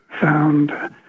found